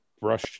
brush